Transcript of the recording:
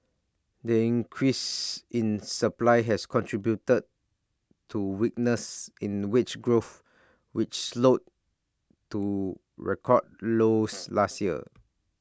the increase in supply has contributed to weakness in wage growth which slowed to record lows last year